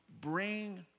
bring